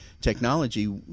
technology